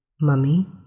Mummy